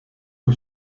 que